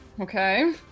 Okay